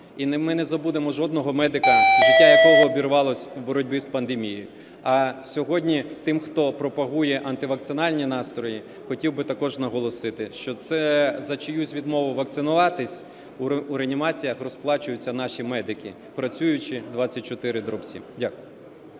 І ми не забудемо жодного медика, життя якого обірвалося в боротьбі з пандемією. А сьогодні тим, хто пропагує антивакцинальні настрої, хотів би також наголосити, що це за чиюсь відмову вакцинуватися у реанімаціях розплачуються наші медики, працюючи 24/7. Дякую.